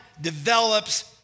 develops